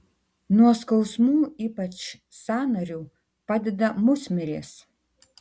nuo skausmų ypač sąnarių padeda musmirės